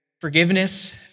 forgiveness